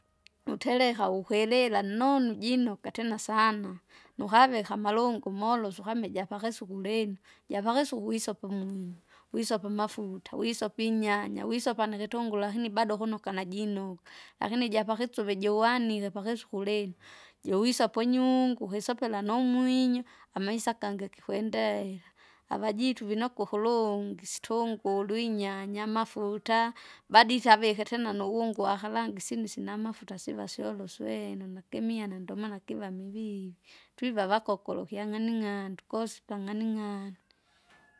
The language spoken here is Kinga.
Utereka wukwilila nonu jinuka tena sana, nuhavika amalungu molosu ukami ijapakisuku lino, japakisuku wisope umwinyo, wisope amafuta, wisope inyanya, wisopa nikitunguru lakini bado kuno kanajinoka, lakini ijapakisuvi juwanike pakisuku lino. Juwisa punyungu uhisopela numwinyo, amaisa kangi kangi kikwendeira, avajitu vinoku ukulungi situnguru, inyanya, amafuta. Bado ise avike tena nuwungu wakaranga isini sinamafuta siva syoluswena nakimiana ndomana kiva mivivi, twiva vakokolo kyang'aning'andu kosipa ng'aning'andi.